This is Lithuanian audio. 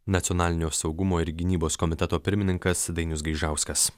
nacionalinio saugumo ir gynybos komiteto pirmininkas dainius gaižauskas